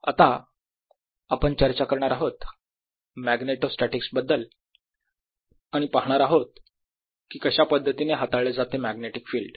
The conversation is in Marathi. आता आपण चर्चा करणार आहोत मॅग्नेटोस्टॅस्टिक्स बद्दल आणि पाहणार आहोत की कशा पद्धतीने हाताळले जाते मॅग्नेटिक फिल्ड